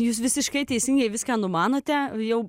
jūs visiškai teisingai viską numanote jau